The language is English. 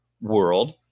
world